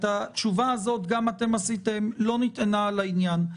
התשובה הזאת, "גם אתם עשיתם", לא נטענה לעניין.